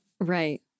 right